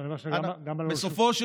לא, אני אומר שגם אלון שוסטר.